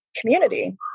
community